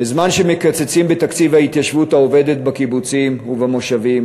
בזמן שמקצצים בתקציב ההתיישבות העובדת בקיבוצים ובמושבים